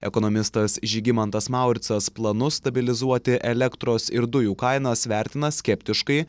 ekonomistas žygimantas mauricas planus stabilizuoti elektros ir dujų kainas vertina skeptiškai